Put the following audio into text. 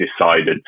decided